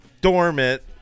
Dormant